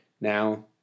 Now